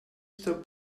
stop